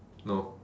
no